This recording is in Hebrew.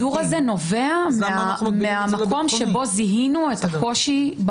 אז למה --- זה נובע מהמקום שבו זיהינו את הקושי.